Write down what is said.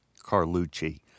Carlucci